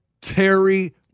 Terry